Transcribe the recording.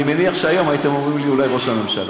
אני מניח שהיום הייתם אומרים לי: אולי ראש הממשלה.